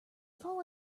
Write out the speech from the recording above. fall